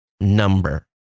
number